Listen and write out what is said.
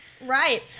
Right